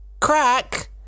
crack